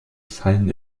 fallen